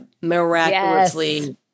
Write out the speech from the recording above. miraculously